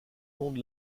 monde